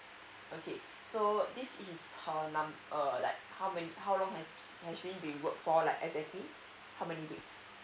okay so this is her uh like how many how long has she been work for like exactly how many days